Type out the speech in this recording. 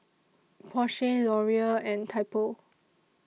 Porsche Laurier and Typo